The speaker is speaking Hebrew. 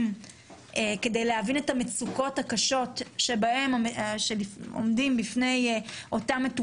כדי להבין את המצוקות הקשות שעומדות בפניהם.